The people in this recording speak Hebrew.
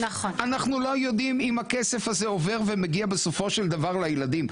אנחנו לא יודעים אם הכסף הזה עובר ומגיע בסופו של דבר לילדים,